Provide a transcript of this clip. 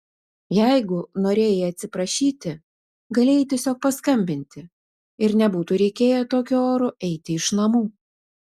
jeigu norėjai atsiprašyti galėjai tiesiog paskambinti ir nebūtų reikėję tokiu oru eiti iš namų